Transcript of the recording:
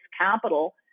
capital